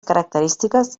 característiques